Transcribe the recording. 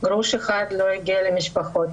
גרוש אחד לא הגיע למשפחות.